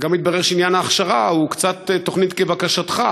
וגם מתברר שעניין ההכשרה הוא קצת תוכנית כבקשתך,